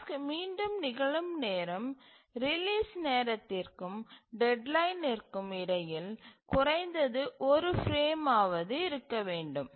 task மீண்டும் நிகழும் நேரம் ரிலீஸ் நேரத்திற்கும் டெட்லைனிற்கும் இடையில் குறைந்தது ஒரு பிரேம் ஆவது இருக்க வேண்டும்